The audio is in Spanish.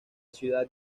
ciudad